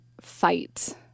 fight